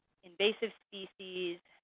invasive species,